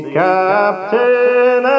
captain